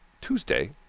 Tuesday